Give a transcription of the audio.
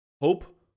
hope